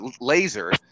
laser